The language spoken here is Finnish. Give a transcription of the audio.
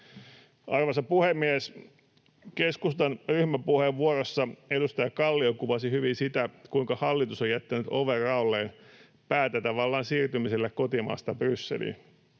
Arvoisa puhemies! Keskustan ryhmäpuheenvuorossa edustaja Kallio kuvasi hyvin sitä, kuinka hallitus on jättänyt oven raolleen päätäntävallan siirtymiselle kotimaasta Brysseliin.